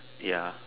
ya